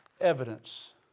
evidence